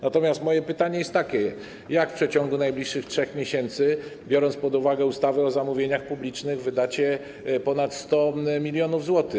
Natomiast moje pytanie jest takie: Jak w przeciągu najbliższych 3 miesięcy, biorąc pod uwagę ustawę o zamówieniach publicznych, wydacie ponad 100 mln zł?